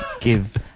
give